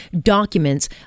documents